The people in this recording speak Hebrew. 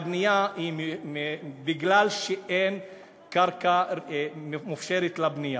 הבנייה היא בגלל שאין קרקע מופשרת לבנייה,